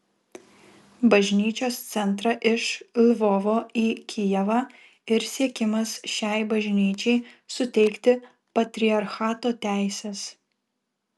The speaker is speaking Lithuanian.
bažnyčios centrą iš lvovo į kijevą ir siekimas šiai bažnyčiai suteikti patriarchato teises